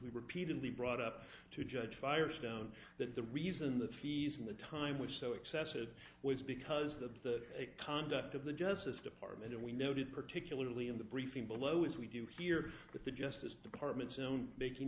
repeatedly brought up to judge firestone that the reason the fees and the time which so excessive was because of the conduct of the justice department and we noted particularly in the briefing below as we do here that the justice department's own making